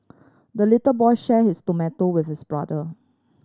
the little boy shared his tomato with his brother